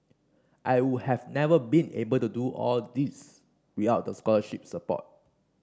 I would have never been able to do all these without the scholarship support